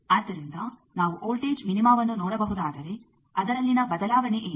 ಆದ್ದರಿಂದ ನಾವು ವೋಲ್ಟೇಜ್ ಮಿನಿಮಾವನ್ನು ನೋಡಬಹುದಾದರೆ ಅದರಲ್ಲಿನ ಬದಲಾವಣೆ ಏನು